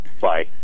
Bye